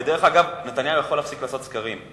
ודרך אגב, נתניהו יכול להפסיק לעשות סקרים.